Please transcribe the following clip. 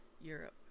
Europe